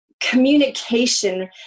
communication